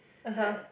(uh huh)